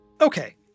Okay